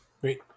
Great